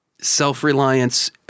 self-reliance